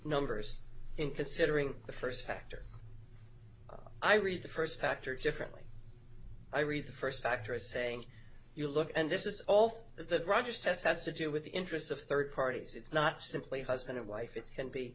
numbers in considering the first factor i read the first factor differently i read the first factor as saying you look and this is all for the rajah's test has to do with the interests of third parties it's not simply husband or wife it can be